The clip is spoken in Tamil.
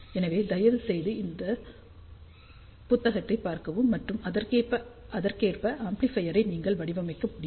எனவே தயவுசெய்து அந்தப் புத்தகத்தை பார்க்கவும் மற்றும் அதற்கேற்ப ஆம்ப்ளிபையரை நீங்களே வடிவமைக்க முடியும்